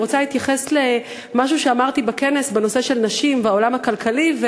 אני רוצה להתייחס למשהו שאמרתי בכנס בנושא של נשים בעולם הכלכלי,